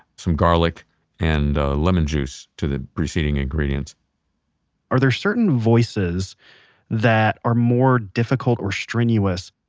some garlic and lemon juice to the preceding ingredients are there certain voices that are more difficult or strenuous?